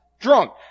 drunk